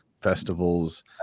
festivals